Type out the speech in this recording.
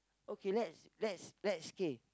okay let's let's let's K